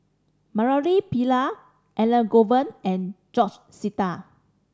Murali Pillai Elangovan and George Sita